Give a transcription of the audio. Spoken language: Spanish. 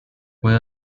puede